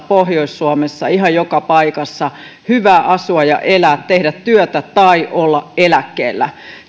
pohjois suomessa ihan joka paikassa hyvä asua ja elää tehdä työtä tai olla eläkkeellä